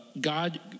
God